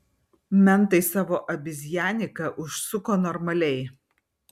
mentai savo abizjaniką užsuko normaliai